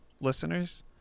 listeners